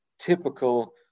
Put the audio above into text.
typical